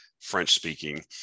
French-speaking